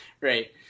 right